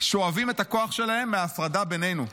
"שואבים את הכוח שלהם מההפרדה בינינו.